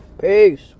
Peace